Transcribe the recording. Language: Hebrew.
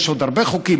יש עוד הרבה חוקים,